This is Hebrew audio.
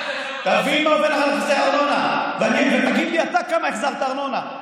תבין מה עובר בהחזר ארנונה ותגיד לי אתה כמה החזרת ארנונה.